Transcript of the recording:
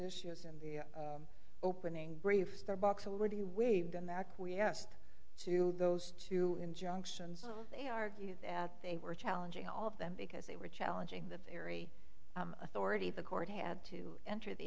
issues in the opening brief starbucks already we've done that we asked to those two injunctions they argue that they were challenging all of them because they were challenging the theory authority the court had to enter the